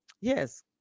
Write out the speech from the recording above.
yes